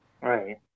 right